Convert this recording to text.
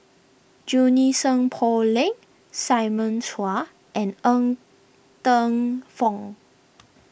Junie Sng Poh Leng Simon Chua and Ng Teng Fong